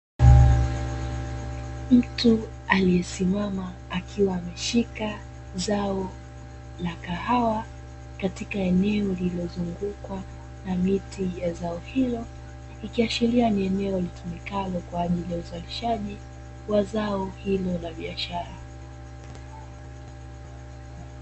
Mtu aliyesimama akiwa ameshika zao la kahawa, katika eneo lililozungukwa na miti ya zao hilo, ikiashiria ni eneo litumikalo kwa ajili ya uzalishaji wa zao hilo la biashara.